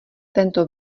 tento